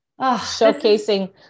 Showcasing